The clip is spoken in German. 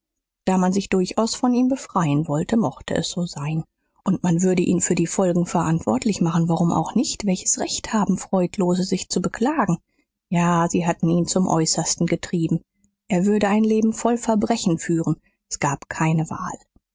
da man sich durchaus von ihm befreien wollte mochte es so sein und man würde ihn für die folgen verantwortlich machen warum auch nicht welches recht haben freundlose sich zu beklagen ja sie hatten ihn zum äußersten getrieben er würde ein leben voll verbrechen führen s gab keine wahl